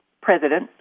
president